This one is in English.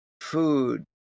food